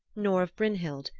nor of brynhild,